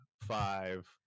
five